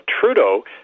Trudeau